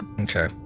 okay